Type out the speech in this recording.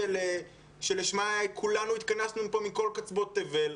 שלשמה כולנו התכנסנו פה מכל קצוות תבל.